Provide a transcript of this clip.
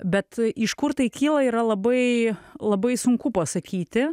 bet iš kur tai kyla yra labai labai sunku pasakyti